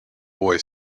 boy